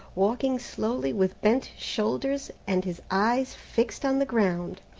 walking slowly with bent shoulders and his eyes fixed on the ground.